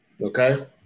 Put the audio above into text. Okay